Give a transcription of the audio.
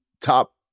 top